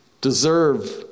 deserve